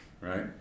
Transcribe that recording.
right